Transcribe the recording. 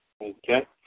Okay